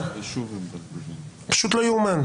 דיבור עד השעה 11:00. תודה רבה, פשוט לא יאומן.